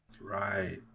Right